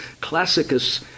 classicus